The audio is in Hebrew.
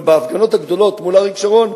ובהפגנות הגדולות מול אריק שרון,